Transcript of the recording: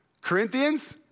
Corinthians